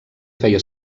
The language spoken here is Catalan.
feia